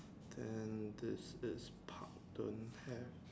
then this this park don't have